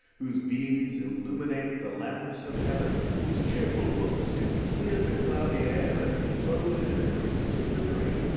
whose beams illuminate the lamps of heaven, whose cheerful looks do clear the cloudy air, and clothe it in a crystal livery,